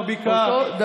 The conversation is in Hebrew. בבקעה,